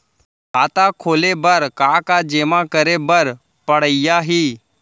खाता खोले बर का का जेमा करे बर पढ़इया ही?